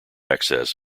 access